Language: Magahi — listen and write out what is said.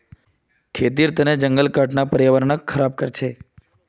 खेतीर तने जंगल काटना पर्यावरण ख़राब कर छे